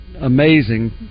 Amazing